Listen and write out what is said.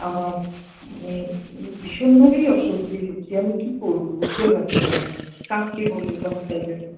আমার মানে ভীষণভাবেই অস্বস্তি হচ্ছে আমি কী করবো বুঝতে পারছিনা কাকে বলবো জানে